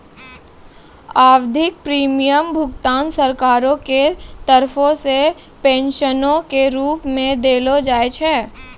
आवधिक प्रीमियम भुगतान सरकारो के तरफो से पेंशनो के रुप मे देलो जाय छै